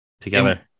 together